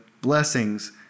blessings